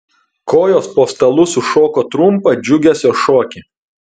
kojos po stalu sušoko trumpą džiugesio šokį